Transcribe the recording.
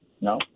no